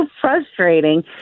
frustrating